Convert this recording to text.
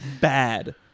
bad